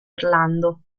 orlando